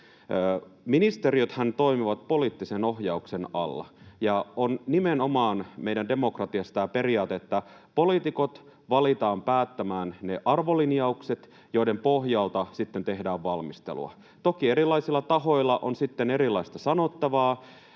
Ministeriöthän toimivat poliittisen ohjauksen alla, ja on nimenomaan meidän demokratiassa tämä periaate, että poliitikot valitaan päättämään ne arvolinjaukset, joiden pohjalta sitten tehdään valmistelua. Toki erilaisilla tahoilla on sitten erilaista sanottavaa,